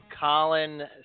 Colin